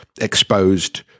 exposed